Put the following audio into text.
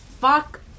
fuck